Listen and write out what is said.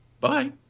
Bye